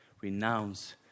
renounce